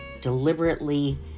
deliberately